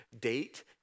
date